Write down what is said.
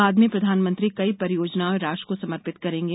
बाद में प्रधानमंत्री कई परियोजनाएं राष्ट्र को समर्पित करेंगे